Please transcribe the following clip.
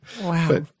Wow